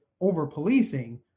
over-policing